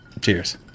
Cheers